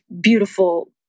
beautiful